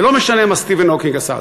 זה לא משנה מה סטיבן הוקינג עשה,